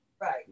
Right